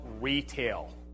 retail